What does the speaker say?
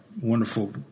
wonderful